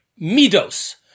midos